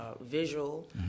visual